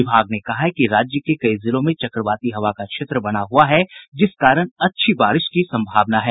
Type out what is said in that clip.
विभाग ने कहा है कि राज्य के कई जिलों में चक्रवाती हवा का क्षेत्र बना हुआ है जिस कारण अच्छी बारिश की संभावना है